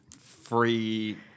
free